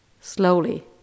slowly